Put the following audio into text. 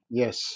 yes